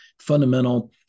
fundamental